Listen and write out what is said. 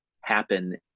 happen